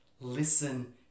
Listen